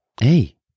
hey